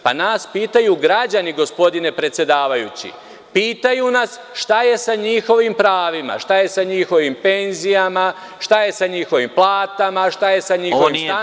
Pa, nas pitaju građani gospodine predsedavajući, pitaju nas, šta je sa njihovim pravima, šta je sa njihovim penzijama, šta je sa njihovim platama, šta je sa njihovim standardom…